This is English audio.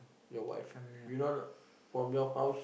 your wife you know a not from your house